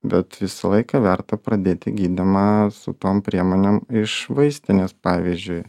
bet visą laiką verta pradėti gydymą su tom priemonėm iš vaistinės pavyzdžiui